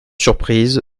surprise